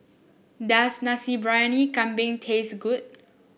does Nasi Briyani Kambing taste good